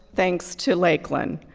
thanks to lakeland,